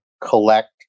collect